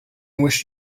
wish